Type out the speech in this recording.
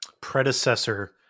predecessor